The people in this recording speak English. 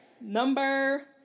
number